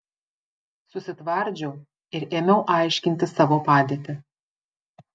susitvardžiau ir ėmiau aiškinti savo padėtį